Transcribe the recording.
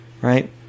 right